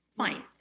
fine